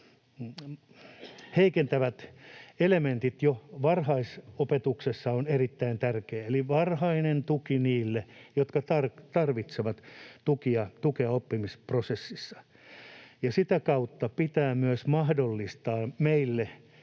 heikentävät elementit jo varhaisopetuksessa, on erittäin tärkeää, eli varhainen tuki niille, jotka tarvitsevat tukea oppimisprosessissa. Sitä kautta pitää myös mahdollistaa meille